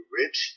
rich